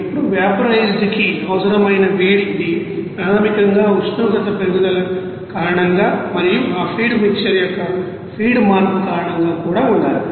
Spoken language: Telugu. ఇప్పుడు వాపోరైజ్డ్ కి అవసరమైన వేడి ఇది ప్రాథమికంగా ఉష్ణోగ్రత పెరుగుదల కారణంగా మరియు ఆ ఫీడ్ మిక్సర్ యొక్క ఫీడ్ మార్పు కారణంగా కూడా ఉండాలి